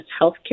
healthcare